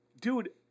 Dude